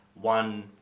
one